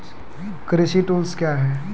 कृषि टुल्स क्या हैं?